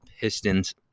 Pistons